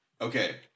Okay